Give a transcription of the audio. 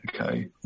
Okay